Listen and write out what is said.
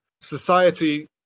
society